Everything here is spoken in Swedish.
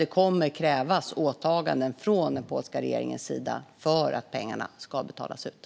Det kommer att krävas åtaganden från den polska regeringen för att utbetalning ska ske.